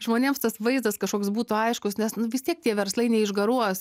žmonėms tas vaizdas kažkoks būtų aiškus nes nu vis tiek tie verslai neišgaruos